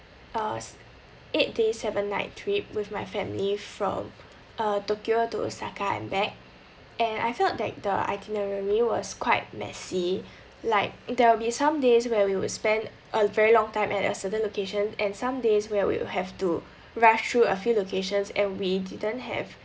uh eight days seven night trip with my family from uh tokyo to osaka and back and I felt that the itinerary was quite messy like there will be some days where we would spend a very long time at a certain location and some days where we will have to rush through a few locations and we didn't have